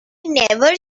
never